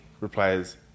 replies